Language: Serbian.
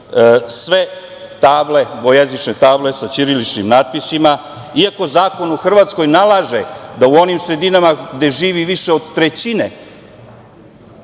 sve dvojezične table sa ćiriličnim natpisima, iako zakon u Hrvatskoj nalaže da u onim sredinama gde živi više od trećine